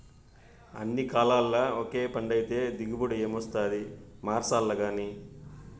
అన్ని కాలాల్ల ఒకే పంటైతే దిగుబడి ఏమొస్తాది మార్సాల్లగానీ